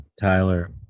Tyler